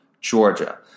Georgia